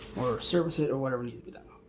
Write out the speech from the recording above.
or service it or whatever needs to be done.